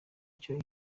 icyo